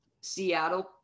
Seattle